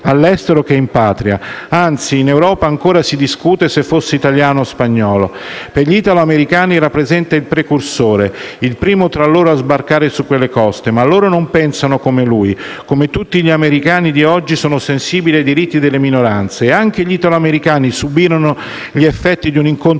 all'estero che in Patria. Anzi, in Europa ancora si discute se fosse italiano o spagnolo. Per gli italoamericani rappresenta il precursore, il primo tra loro a sbarcare su quelle coste, ma loro non pensano come lui. Come tutti gli americani di oggi, sono sensibili ai diritti delle minoranze, e anche gli italoamericani subirono gli effetti di un incontro